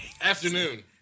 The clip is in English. Afternoon